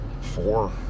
four